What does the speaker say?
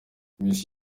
miss